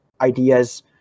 ideas